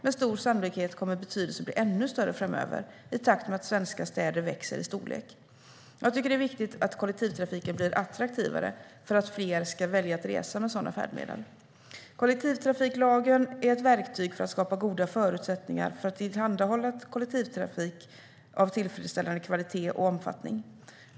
Med stor sannolikhet kommer betydelsen att bli ännu större framöver, i takt med att svenska städer växer i storlek. Jag tycker att det är viktigt att kollektivtrafiken blir attraktivare för att fler ska välja att resa med sådana färdmedel. Kollektivtrafiklagen är ett verktyg för att skapa goda förutsättningar för att tillhandahålla kollektivtrafik av tillfredsställande kvalitet och omfattning.